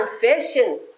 confession